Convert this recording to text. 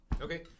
Okay